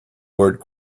word